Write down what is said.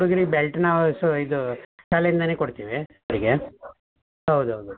ಹುಡುಗ್ರಿಗೆ ಬೆಲ್ಟ್ ನಾವು ಸೊ ಇದು ಶಾಲೆಯಿಂದನೆ ಕೊಡ್ತೀವಿ ರಿಗೆ ಹೌದು ಹೌದು